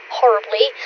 horribly